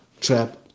trap